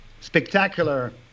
spectacular